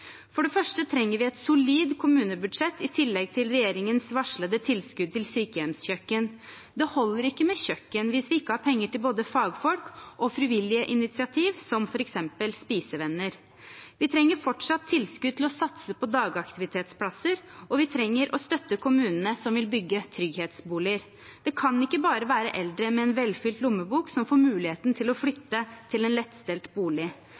For det første trenger vi et solid kommunebudsjett i tillegg til regjeringens varslede tilskudd til sykehjemskjøkken. Det holder ikke med kjøkken hvis vi ikke har penger til både fagfolk og frivillige initiativ, som for eksempel «spisevenner». Vi trenger fortsatt tilskudd til å satse på dagaktivitetsplasser, og vi trenger å støtte kommunene som vil bygge trygghetsboliger. Det kan ikke bare være eldre med en velfylt lommebok som får muligheten til å flytte til en lettstelt bolig.